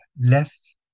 less